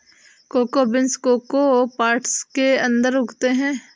cocoa beans cocoa pods के अंदर उगते हैं